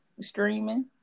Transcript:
Streaming